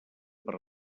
per